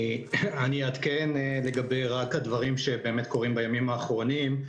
אני אעדכן לגבי הדברים שקורים בימים האחרונים,